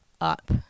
up